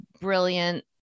brilliant